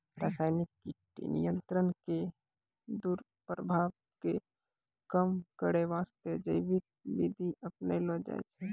रासायनिक कीट नियंत्रण के दुस्प्रभाव कॅ कम करै वास्तॅ जैविक विधि अपनैलो जाय छै